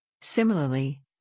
Similarly